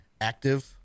active